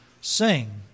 sing